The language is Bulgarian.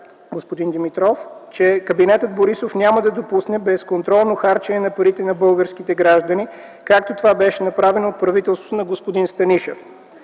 да Ви уверя, че кабинетът Борисов няма да допусне безконтролно харчене на парите на българските граждани, както това беше направено от правителството на господин Станишев.